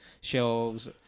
shelves